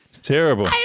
Terrible